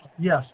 yes